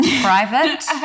private